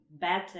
better